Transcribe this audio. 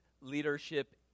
leadership